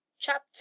chapter